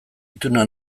ituna